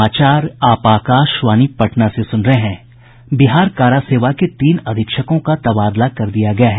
बिहार कारा सेवा के तीन अधीक्षकों का तबादला कर दिया गया है